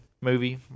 movie